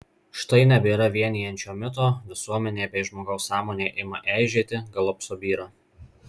štai nebėra vienijančio mito visuomenė bei žmogaus sąmonė ima eižėti galop subyra